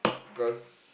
cause